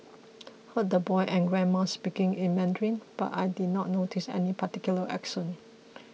heard the boy and grandma speaking in Mandarin but I did not notice any particular accent